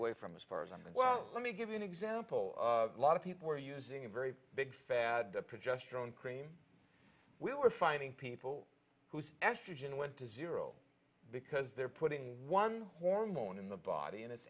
away from as far as i'm well let me give you an example a lot of people are using a very big fat projet strong cream we were finding people whose estrogen went to zero because they're putting one hormone in the body and it's